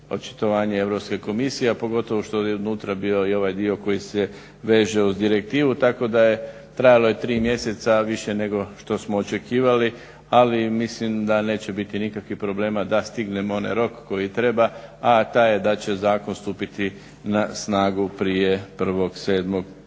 očitovanje Europske komisije a pogotovo što je unutra bio i ovaj dio koji se veže uz direktivu. Tako da je trajalo tri mjeseca a više nego što smo očekivali ali mislim da neće biti nikakvih problema da stignemo onaj rok koji treba, a taj je da će zakon stupiti na snagu prije 1.7.ove